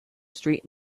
street